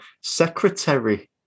secretary